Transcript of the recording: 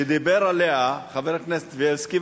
שדיבר עליה חבר הכנסת בילסקי,